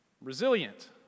resilient